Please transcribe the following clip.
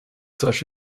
such